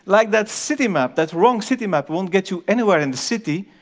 like that city map that wrong city map won't get you anywhere in the city,